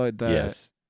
Yes